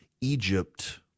Egypt